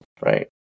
right